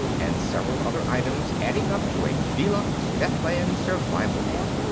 and several other items adding up to a deluxe deathlands survival kit.